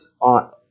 on